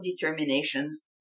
determinations